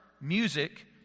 music